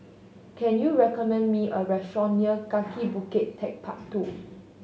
can you recommend me a restaurant near Kaki Bukit Techpark Two